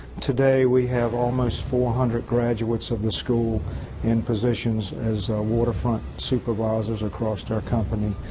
today, we have almost four hundred graduates of the school in positions as waterfront supervisors across our company,